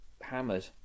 hammered